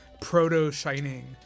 proto-Shining